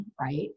right